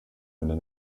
einer